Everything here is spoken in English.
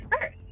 first